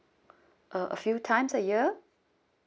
uh a few times a year